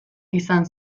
izan